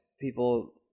people